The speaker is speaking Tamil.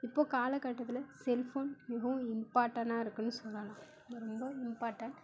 இப்போது காலகட்டத்தில் செல்ஃபோன் மிகவும் இம்பார்ட்டனாக இருக்குதுன்னு சொல்லலாம் ரொம்ப இம்பார்ட்டன்ட்